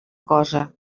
cosa